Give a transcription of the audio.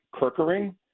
Kirkering